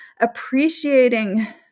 appreciating